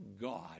God